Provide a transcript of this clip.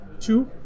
two